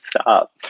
stop